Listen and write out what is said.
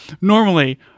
normally